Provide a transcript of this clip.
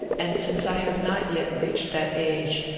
and, since i have not yet reached that age,